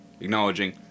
acknowledging